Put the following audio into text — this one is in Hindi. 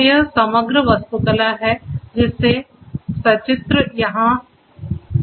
तो यह समग्र वास्तुकला है जिसे सचित्र यह यहाँ पर दिखाया गया है